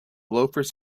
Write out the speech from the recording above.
loafers